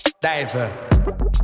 diver